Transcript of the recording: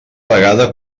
vegada